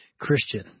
Christian